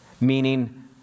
meaning